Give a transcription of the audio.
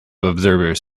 observers